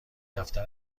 دفتر